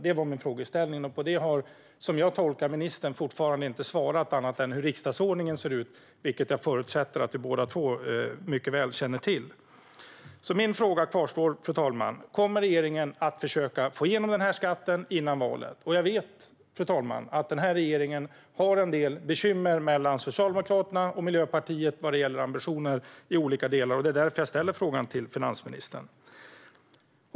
Det var min frågeställning, På det har ministern, som jag tolkar det, fortfarande inte svarat annat än med hur riksdagsordningen ser ut, vilket jag förutsätter att vi båda två mycket väl känner till. Fru talman! Min fråga kvarstår: Kommer regeringen att försöka få igenom skatten före valet? Jag vet att regeringen har en del bekymmer mellan Socialdemokraterna och Miljöpartiet vad gäller ambitioner i olika delar. Det är därför jag ställer frågan till finansministern.